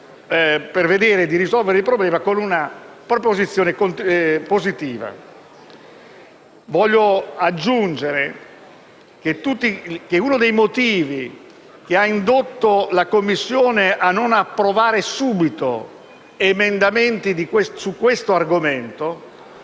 per cercare di risolvere il problema. Voglio aggiungere che uno dei motivi che ha indotto la Commissione a non approvare subito emendamenti su questo argomento